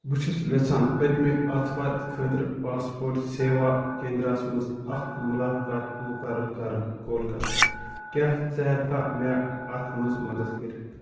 بہٕ چھُس یژھان پٔتمہِ آتھوار خٲطرٕ پاسپورٹ سیوا کینٛدرا ہس منٛز اکھ ملاقات مقرر کرُن کولکتہ کیٛاہ ژٕ ہیٚکہٕ کھا مےٚ اتھ منٛز مدد کٔرتھ